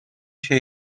się